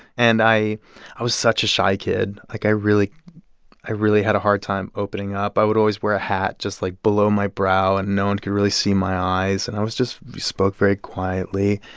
and i i was such a shy kid. like, i really i really had a hard time opening up. i would always wear a hat just, like, below my brow, and no one could really see my eyes. and i was just spoke very quietly.